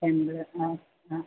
temple ആ ആ ആ